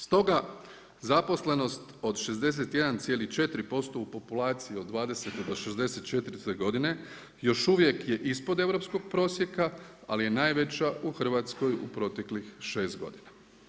Stoga zaposlenost od 61,4% u populaciji od 20.-te do 64.-te godine još uvijek je ispod europskog prosjeka ali je najveća u Hrvatskoj u proteklih 6 godina.